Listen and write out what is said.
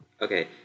Okay